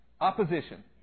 Opposition